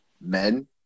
men